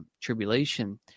tribulation